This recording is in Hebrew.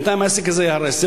ובינתיים העסק הזה ייהרס.